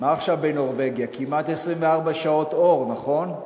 מה עכשיו בנורבגיה, כמעט 24 שעות אור, נכון?